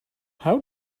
how